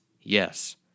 yes